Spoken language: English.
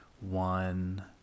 one